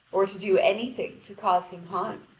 or to do any thing to cause him harm.